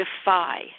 defy